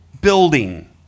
building